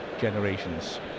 generations